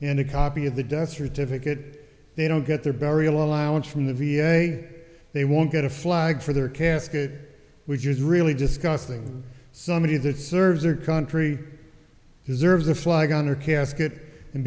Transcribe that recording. and a copy of the death certificate they don't get their burial allowance from the v a they won't get a flag for their casket which is really disgusting somebody that serves their country deserves a flag on her casket and